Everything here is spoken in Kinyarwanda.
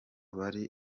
bari